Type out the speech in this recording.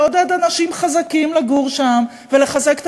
לעודד אנשים חזקים לגור שם ולחזק את